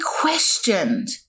questioned